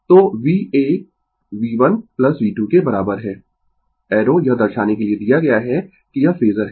तो v A V1 V2 के बराबर है एरो यह दर्शाने के लिए दिया गया है कि यह फेजर है